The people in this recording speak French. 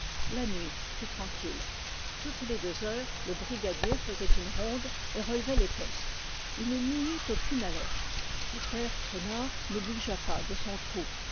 la nuit fut tranquille toutes les deux heures le brigadier faisait une ronde et relevait les postes il n'y eut aucune alerte le père traînard ne bougea pas de son trou